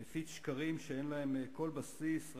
מפיץ שקרים שאין להם כל בסיס,